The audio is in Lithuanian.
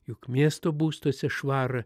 juk miesto būstuose švarą